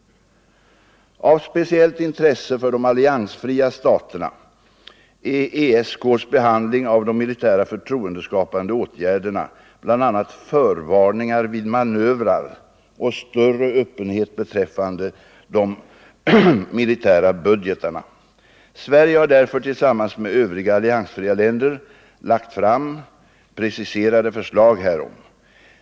Av speciellt intresse för de alliansfria staterna är ESK:s behandling av de militära förtroendeskapande åtgärderna, bl.a. förvarningar vid manövrar och större öppenhet beträffande de militära budgeterna. Sverige har därför tillsammans med övriga alliansfria länder lagt fram preciserade förslag härom.